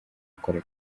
gukora